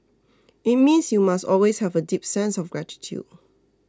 it means you must always have a deep sense of gratitude